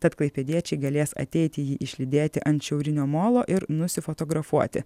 tad klaipėdiečiai galės ateiti jį išlydėti ant šiaurinio molo ir nusifotografuoti